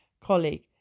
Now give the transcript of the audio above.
colleague